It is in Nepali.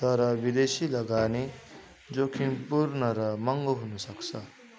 तर विदेशी लगानी जोखिमपूर्ण र महँगो हुनसक्छ